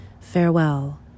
Farewell